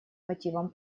мотивам